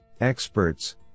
Experts